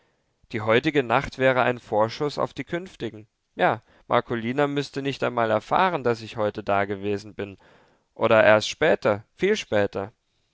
die heutige nacht wäre ein vorschuß auf die künftigen ja marcolina müßte nicht einmal erfahren daß ich heute dagewesen bin oder erst später viel später